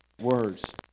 words